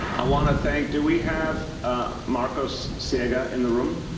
i want to thank do we have marcos siega in the room?